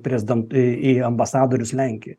prezident į į ambasadorius lenkijoj